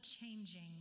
changing